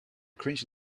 cringe